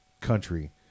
country